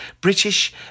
British